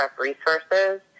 resources